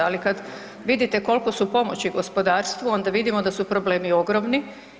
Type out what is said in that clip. Ali kada vidite koliko su pomoći gospodarstvu onda vidimo da su problemi ogromni.